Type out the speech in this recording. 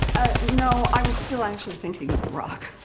no, i'm still actually thinking of the rock.